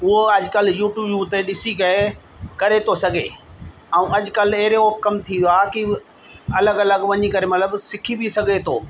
उहो अॼुकल्ह यूटूब ते ॾिसी कए करे थो सघे ऐं अॼुकल्ह अहिड़ो कम थी वियो आहे की उहा अलॻि अलॻि वञी करे मतिलबु सिखी बि सघे थो